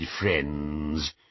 friends